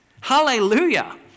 Hallelujah